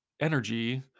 energy